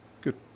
Good